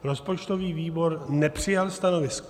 Rozpočtový výbor nepřijal stanovisko.